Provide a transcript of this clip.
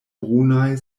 brunaj